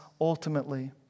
ultimately